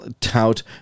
tout